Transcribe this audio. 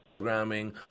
programming